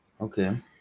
Okay